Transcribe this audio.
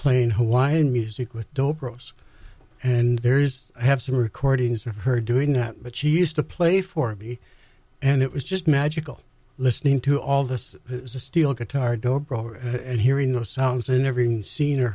playing hawaiian music with dope rose and there is i have some recordings of her doing that but she used to play for me and it was just magical listening to all this steel guitar door and hearing the sounds in every room seen or